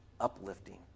uplifting